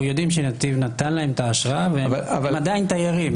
יודעים שנתיב נתן להם את האשרה והם עדיין תיירים,